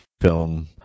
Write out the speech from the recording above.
film